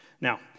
Now